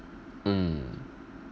mm